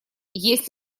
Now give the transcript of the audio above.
есть